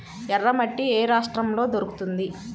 ఎర్రమట్టి ఏ రాష్ట్రంలో దొరుకుతుంది?